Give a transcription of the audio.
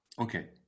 okay